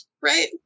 right